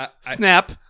snap